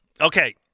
Okay